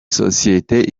sosiyete